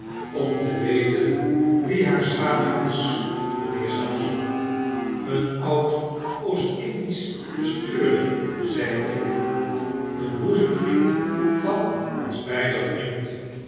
om te weten wie haar schaduw is mynheer sampson een oud oost lndisch bestuurder zei ik een boezemvriend van ons beider vriend